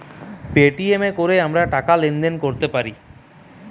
Paytm এ কোরে আমরা টাকা লেনদেন কোরতে পারি